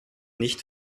nicht